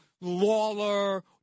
Lawler